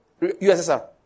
USSR